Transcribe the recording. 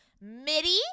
midi